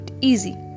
easy